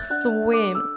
swim